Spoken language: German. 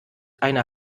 eine